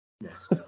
Yes